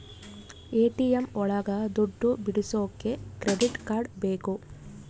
ATM ಒಳಗ ದುಡ್ಡು ಬಿಡಿಸೋಕೆ ಕ್ರೆಡಿಟ್ ಕಾರ್ಡ್ ಬೇಕು